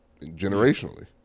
generationally